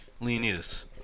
Leonidas